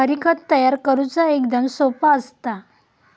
हरी, खत तयार करुचा एकदम सोप्पा असता